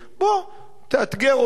בוא, תאתגר אותו.